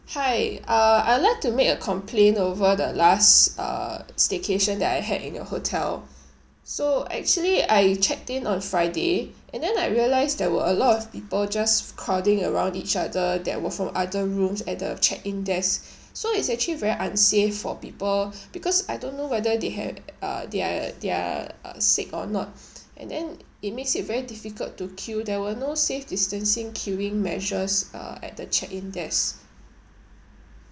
hi uh I like to make a complaint over the last uh staycation that I had in your hotel so actually I checked in on friday and then I realised there were a lot of people just crowding around each other that were from other rooms at the check in desk so it's actually very unsafe for people because I don't know whether they had uh they are they are uh sick or not and then it makes it very difficult to queue there were no safe distancing queuing measures uh at the check in desk